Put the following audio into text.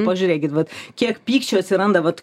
pažiūrėkit vat kiek pykčio atsiranda vat